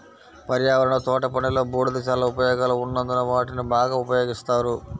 పర్యావరణ తోటపనిలో, బూడిద చాలా ఉపయోగాలు ఉన్నందున వాటిని బాగా ఉపయోగిస్తారు